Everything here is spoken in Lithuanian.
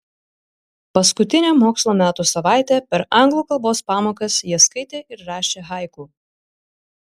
paskutinę mokslo metų savaitę per anglų kalbos pamokas jie skaitė ir rašė haiku